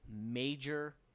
major